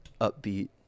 upbeat